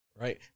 right